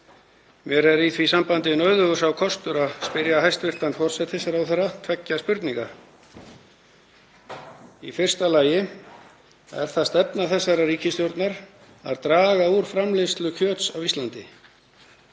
Mér er í því sambandi nauðugur sá kostur að spyrja hæstv. forsætisráðherra tveggja spurninga. Í fyrsta lagi: Er það stefna þessarar ríkisstjórnar að draga úr framleiðslu kjöts á Íslandi?